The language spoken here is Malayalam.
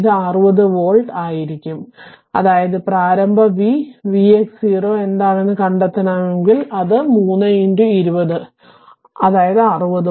ഇത് 60 V ആയിരിക്കും അതായത് പ്രാരംഭ V vx0 എന്താണെന്ന് കണ്ടെത്തണമെങ്കിൽ അത് 3 20 അതായത് 60 V